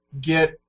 get